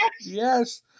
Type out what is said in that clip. Yes